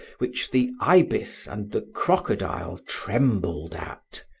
which the ibis and the crocodile trembled at.